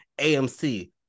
AMC